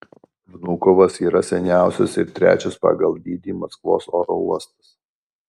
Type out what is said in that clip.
vnukovas yra seniausias ir trečias pagal dydį maskvos oro uostas